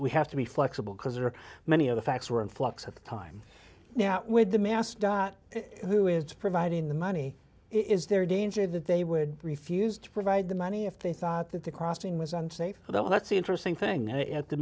we have to be flexible because there are many other facts were in flux at the time now with the master who is providing the money is there a danger that they would refuse to provide the money if they thought that the crossing was unsafe so that's the interesting thing in the